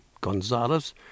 Gonzalez